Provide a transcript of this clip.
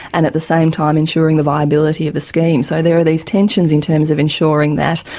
and at the same time ensuring the viability of the scheme. so there are these tensions in terms of ensuring that.